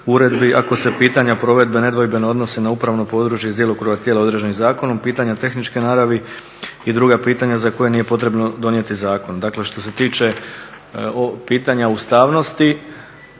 uredbi ako se pitanja provedbe nedvojbeno odnose na upravno područje iz djelokruga tijela određenih zakonom, pitanja tehničke naravi i druga pitanja za koja nije potrebno donijeti zakon. Dakle, što se tiče pitanja ustavnosti